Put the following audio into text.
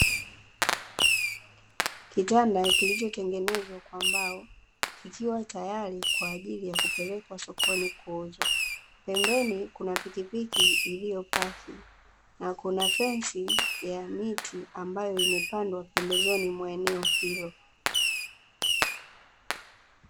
Kitanda kilichotengenezwa kwa mbao, kikiwa tayari kwa ajili ya kupelekwa sokoni kuuzwa. Pembeni kuna pikipiki iliyopaki na kuna fensi ya miti ambayo imepandwa pembezoni mwa eneo hilo.